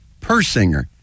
Persinger